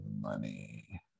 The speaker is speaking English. money